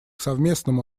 совместному